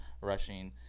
rushing